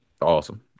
Awesome